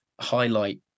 highlight